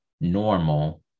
normal